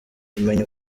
kumenya